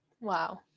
wow